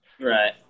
Right